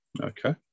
okay